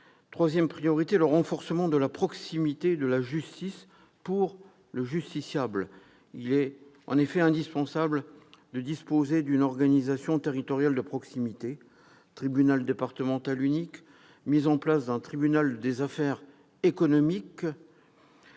troisième est le renforcement de la proximité de la justice pour le justiciable. Il est en effet indispensable de disposer d'une organisation territoriale de proximité : tribunal départemental unique, mise en place d'un tribunal des affaires économiques,